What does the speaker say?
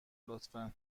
لطفا